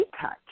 touch